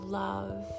love